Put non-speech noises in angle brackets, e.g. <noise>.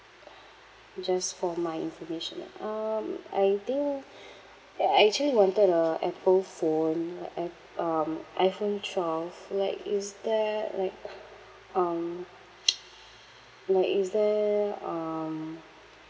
<breath> just for my information ah um I think I I actually wanted a apple phone like app~ um iphone twelve like is there like um <noise> like is there um